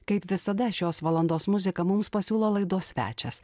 kaip visada šios valandos muziką mums pasiūlo laidos svečias